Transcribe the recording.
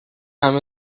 همه